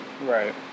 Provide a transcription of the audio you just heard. Right